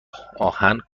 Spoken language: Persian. آهن